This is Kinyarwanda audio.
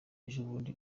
ejobundi